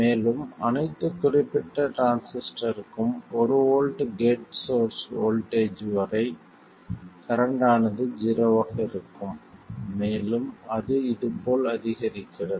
மேலும் அனைத்து குறிப்பிட்ட டிரான்சிஸ்டருக்கும் 1 வோல்ட் கேட் சோர்ஸ் வோல்ட்டேஜ் வரை கரண்ட் ஆனது ஜீரோவாக இருக்கும் மேலும் அது இதுபோல அதிகரிக்கிறது